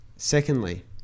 secondly